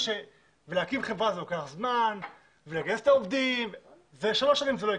אומר שלהקים חברה לוקח זמן וזה לא יקרה בשלוש שנים.